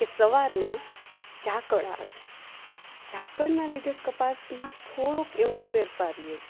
કે સવારમાં ઝાકળ આવે છે ઝાકળના લીધે કપાસમાં થોડોક એવો ફેરફાર રહે છે